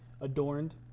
adorned